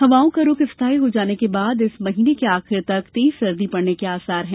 हवाओं का रूख स्थाई हो जाने के बाद इस महीने के आखिर तक तेज सर्दी पड़ने के आसार हैं